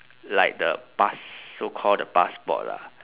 like the pass~ so called the passport lah